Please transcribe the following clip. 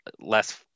less